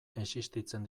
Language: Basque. existitzen